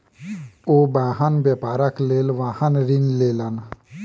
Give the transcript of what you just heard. ओ वाहन व्यापारक लेल वाहन ऋण लेलैन